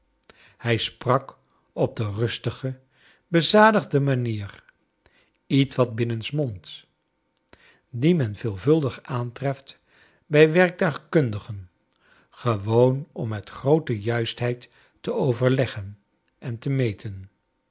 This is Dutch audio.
hij sprak op de rustige bezadigde manier ietwat binnensmonds die men veelvuldig aantreft bij wcrktuigkundigen gewoon om met groote juistheid te overleggen en te meten